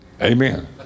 Amen